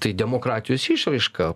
tai demokratijos išraiška